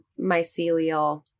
mycelial